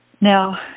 Now